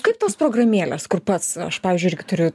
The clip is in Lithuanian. kaip tos programėlės kur pats aš pavyzdžiui irgi turiu